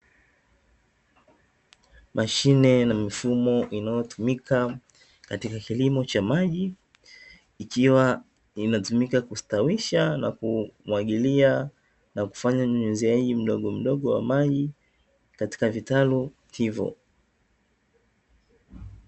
Mashine na mifumo inayotumika katika kilimo cha maji ikiwa inatumika kustawisha na kumwagilia na kufanya unyunyuziaji mdogomdogo wa maji katika vitalu hivo.